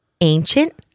Ancient